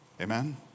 Amen